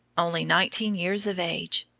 only nineteen years of age,